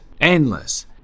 endless